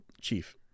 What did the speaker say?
Chief